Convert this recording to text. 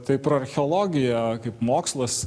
taip ir archeologija kaip mokslas